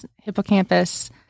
Hippocampus